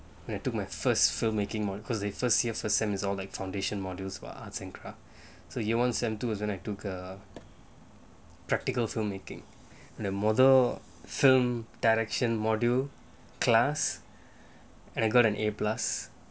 when I took my first film making more because they first year first semester is all like foundation modules like arts and craft the year one semester two isn't like took a practical filmmaking the model film direction module class and I got an A plus